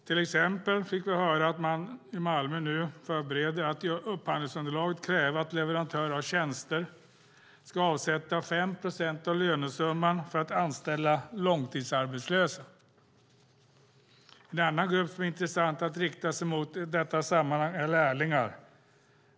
Till exempel fick vi höra att man i Malmö nu förbereder att i upphandlingsunderlaget kräva att leverantörer av tjänster ska avsätta 5 procent av lönesumman för att anställa långtidsarbetslösa. En annan grupp som är intressant att rikta sig till i detta sammanhang är lärlingar.